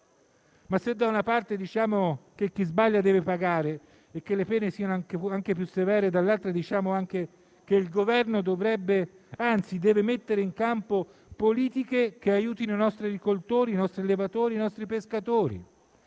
Ma se da una parte diciamo che chi sbaglia deve pagare e che le pene siano anche più severe, dall'altra diciamo anche che il Governo deve mettere in campo politiche che aiutino i nostri agricoltori, i nostri allevatori e i nostri pescatori;